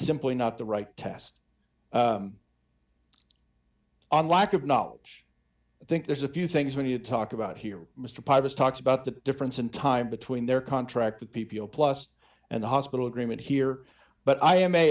simply not the right test on lack of knowledge i think there's a few things when you talk about here mr pipes talks about the difference in time between their contract with p p o plus and the hospital agreement here but i am a